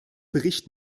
bericht